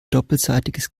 doppelseitiges